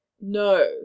No